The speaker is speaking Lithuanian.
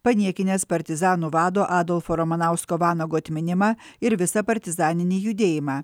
paniekinęs partizanų vado adolfo ramanausko vanago atminimą ir visą partizaninį judėjimą